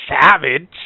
savage